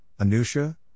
Anusha